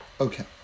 Okay